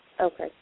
Okay